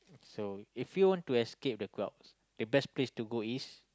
so if you want to escape the crowds the best place to go is